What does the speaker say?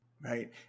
Right